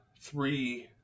three